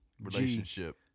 relationship